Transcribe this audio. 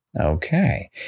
Okay